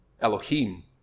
Elohim